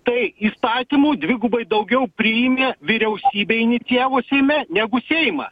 tai įstatymų dvigubai daugiau priimė vyriausybė inicijavo seime negu seimas